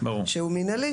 שהוא מנהלי,